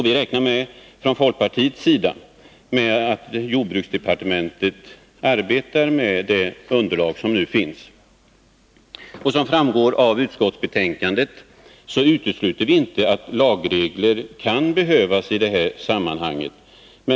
Vi från folkpartiet räknar med att jordbruksdepartementet arbetar med det underlag som nu finns. Som framgår av utskottsbetänkandet utesluter vi inte att lagregler kan behövas i sammanhanget.